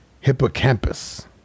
hippocampus